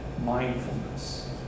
mindfulness